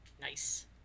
Nice